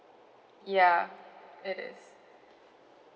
ya it is